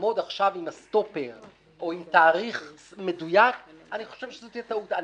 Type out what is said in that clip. לעמוד עכשיו עם סטופר או עם תאריך מדויק אני חושב שזה טעות.